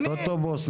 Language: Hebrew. אוטובוס?